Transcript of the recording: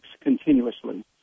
continuously